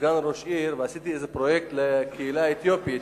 סגן ראש עיר ועשיתי איזה פרויקט לקהילה האתיופית,